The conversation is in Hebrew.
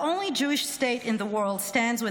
The only Jewish state in the world stands with